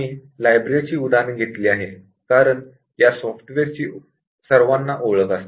आम्ही लायब्ररीचे उदाहरण घेतले आहे कारण सर्वांची या सॉफ्टवेअरची ओळख असते